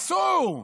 אסור.